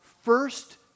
first